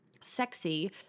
sexy